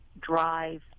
drive